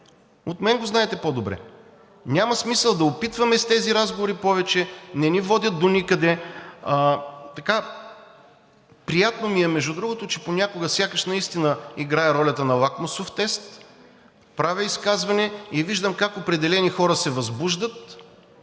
от мен го знаете по-добре. Няма смисъл да опитваме с тези разговори повече – не ни водят доникъде. Приятно ми е, между другото, че понякога сякаш наистина играя ролята на лакмусов тест, правя изказване и виждам как определени хора се възбуждат,